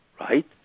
right